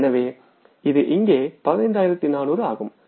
எனவே இங்கே 15400 ஆகும்